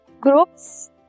groups